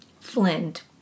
Flint